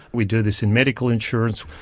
we do this in medical insurance.